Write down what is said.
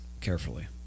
carefully